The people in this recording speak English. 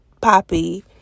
Poppy